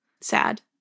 sad